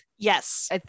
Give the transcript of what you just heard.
Yes